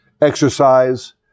exercise